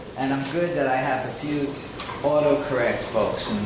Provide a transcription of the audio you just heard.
and i'm good that i have the few auto-correct folks